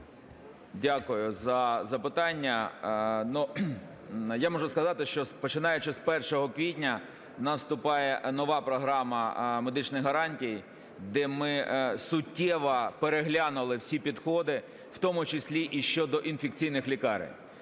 Дякую за запитання. Я можу сказати, що, починаючи з 1 квітня, у нас вступає нова Програма медичних гарантій, де ми суттєво переглянули всі підходи, в тому числі і щодо інфекційних лікарень.